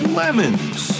lemons